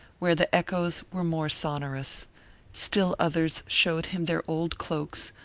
where the echoes were more sonorous still others showed him their old cloaks,